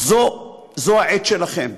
זו העת שלכם.